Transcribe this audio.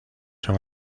son